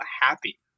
happy